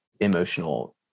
emotional